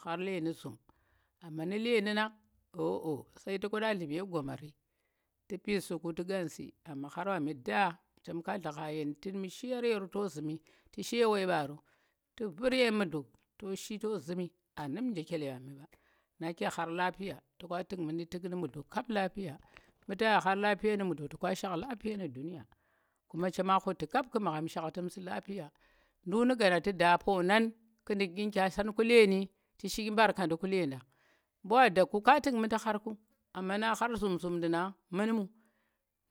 khar leni zhum amma nu̱ leeni nang oh, oh se to ka nllu̱ me gomari tu̱ pitci ku̱ tu̱ ƙansi, amma khar mɓai daa shem ka nllu̱ kha yen tu̱m shi yar yero to zu̱mi tu̱ shi ye wi ɓaro tu̱ vu̱r ye mudlo to shi to zu̱mi aa num nje chele ɓami na kye khar lapiya to ka tu̱k mudi tu̱k mu̱ mudlo kap lapiya mu ta yi khar lapiya nu̱ mudlo ta ka shak lapiya nu̱ duniya kuna chema khu̱ti kap ƙu̱ magham shakhtu̱m tu̱ lapiya ndu̱k nu̱ gana ƙw da ponang ƙu̱ nɗu̱k ƙyi nu̱ kya san leni tu̱ shi ɗyi mbarkanndi ku ledang mbu wa da ku̱ ka tu̱k mudndi khar amma na khar zum zum ndu̱ nang mun mu?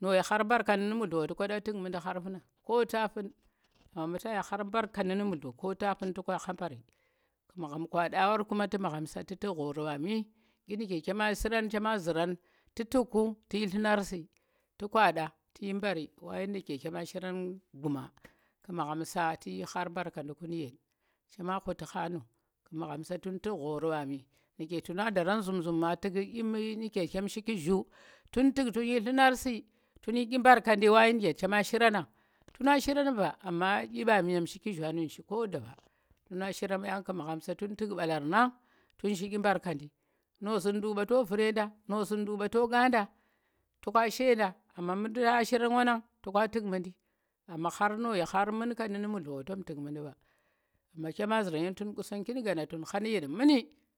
no yi khar mbarkandi nu̱ mudlo ɓa to ka tu̱k mundi funa? ko ta fun ba mu ta yi khar mbarknndi nu̱ mudlo ko ta fun to ka khambaari, ku magham kwaɗa war tu̱ magham tu̱k ghoori ɓami ɗyi nu̱ke chema shirang tu̱ tu̱k ku chema yi kya zu̱ran ku̱ magham sa tu yi khar mbarkanndi ku nuyen, chema ghu̱ti ghanu̱ ku̱ magham sa tun tu̱k ghoori barem, nu̱ kye tuna daran zum zum ma tu̱k ɗyi ɗyem shiki zu̱u̱ tu̱n tu̱k tun yi nllu̱na su tu̱n yi ɗyi mbarkanndi wa chema shiranang, tuna shiranang ba, amma ɗyi mbami nu̱m shiki zhuaṉ nu shi ko da ɓa, tuna shiran ba yen magham sa tun tuk mɓalarnang, tun shi dyi mbarkandi no zu̱n ndu̱k ɓa to vu̱r ye nda, no zu̱n nduk ɓa to ƙaada to ƙa shi yeda amma mu tu̱na shi ram wanang to ka tu̱k mundi amma khar no yi khar munkanndi nu̱ mudlo ba, ta tu̱k mundi ɓa, amma chema zu̱ran ye nu tu̱n yi khar muni